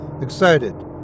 excited